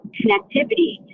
connectivity